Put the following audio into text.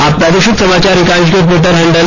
आप प्रादेशिक समाचार एकांश के ट्विटर हैंडल